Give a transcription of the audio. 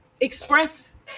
express